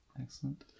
excellent